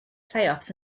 playoffs